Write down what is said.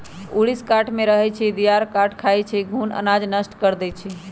ऊरीस काठमे रहै छइ, दियार काठ खाई छइ, घुन अनाज नष्ट कऽ देइ छइ